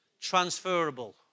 transferable